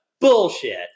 bullshit